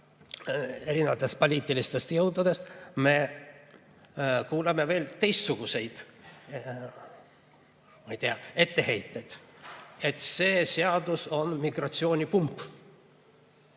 erinevatelt poliitilistelt jõududest me kuuleme veel teistsuguseid etteheiteid, näiteks et see seadus on migratsioonipump.